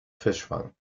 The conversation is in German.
fischfang